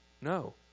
No